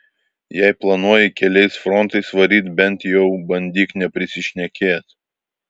jei planuoji keliais frontais varyt bent jau bandyk neprisišnekėt